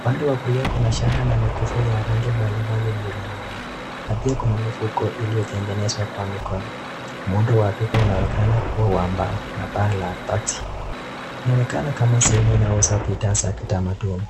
Upande wa kulia kuna shanga na mikufu ya rangi mbali mbali iliyoning'inia, na pia kuna mifuko iliyotengenezwa kwa mikono. Muundo wa duka unaonekena kuwa ya mbao na paa la bati inaonekana kama sehemu inayouza bidhaa za kitamaduni.